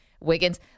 Wiggins